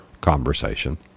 conversation